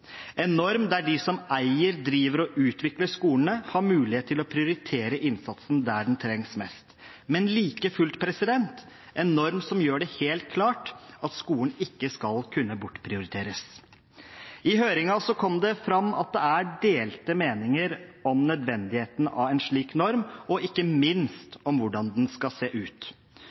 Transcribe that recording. en norm der de som eier, driver og utvikler skolene, har mulighet til å prioritere innsatsen der den trengs mest, men like fullt en norm som gjør det helt klart at skolen ikke skal kunne bortprioriteres. I høringen kom det fram at det er delte meninger om nødvendigheten av en slik norm, og ikke minst om hvordan den skal se ut.